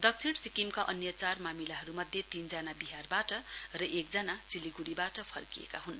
दक्षिण सिक्किमका अन्य चार मामिलाहरूमध्ये तीनजना विहारबाट र एकजना सिलिगुढीबाट फर्किएका हुन्